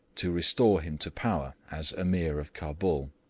to restore him to power as ameer of cabul.